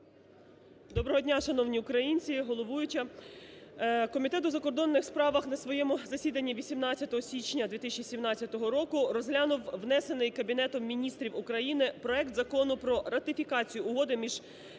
Доброго дня, шановні українці, головуюча! Комітет у закордонних справах на своєму засіданні 18 січня 2017 року розглянув внесений Кабінетом Міністрів України проект Закону про ратифікацію Угоди між